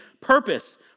purpose